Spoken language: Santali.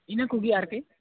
ᱤᱱᱟᱹ ᱠᱚᱜᱮ ᱟᱨ